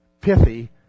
pithy